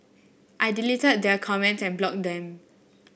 I deleted their comments and blocked them